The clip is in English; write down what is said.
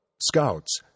Scouts